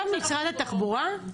האם אתה ממשרד התחבורה?